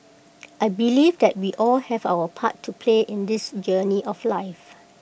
I believe that we all have our part to play in this journey of life